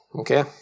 okay